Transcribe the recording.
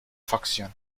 facción